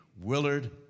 Willard